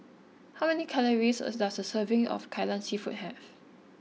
how many calories does a serving of Kai Lan seafood have